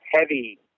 heavy